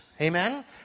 amen